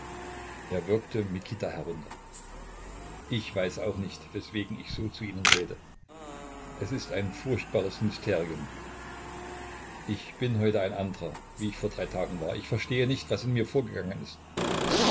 er würgte mikita herunter ich weiß auch nicht weswegen ich so zu ihnen rede es ist ein furchtbares mysterium ich bin heute ein andrer wie ich vor drei tagen war ich verstehe nicht was in mir vorgegangen ist